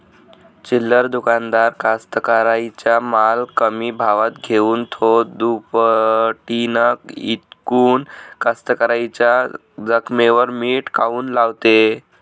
चिल्लर दुकानदार कास्तकाराइच्या माल कमी भावात घेऊन थो दुपटीनं इकून कास्तकाराइच्या जखमेवर मीठ काऊन लावते?